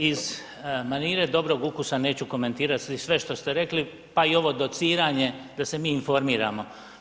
Iz manire dobrog ukusa neću komentirati sve što ste rekli, pa i ovo dociranje da se mi informiramo.